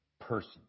person